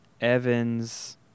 Evans